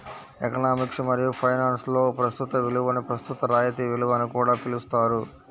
economics మరియు ఫైనాన్స్లో ప్రస్తుత విలువని ప్రస్తుత రాయితీ విలువ అని కూడా పిలుస్తారు